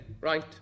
right